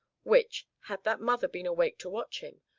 which, had that mother been awake to watch him,